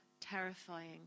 terrifying